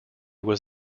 was